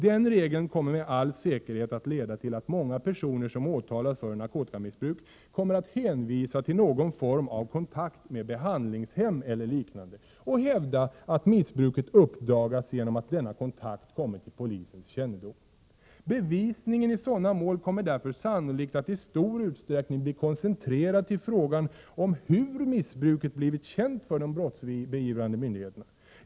Den regeln kommer med all säkerhet att leda till att många personer som åtalas för narkotikamissbruk kommer att hänvisa till någon form av kontakt med behandlingshem eller liknande och hävda att missbruket uppdagats genom att denna kontakt kommit till polisens kännedom. Bevisningen i sådana mål kommer därför sannolikt att i stor utsträckning bli koncentrerad till frågan om hur missbruket blivit känt för de brottsbeivrande myndigheterna.